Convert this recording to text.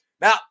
Now